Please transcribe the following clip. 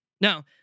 Now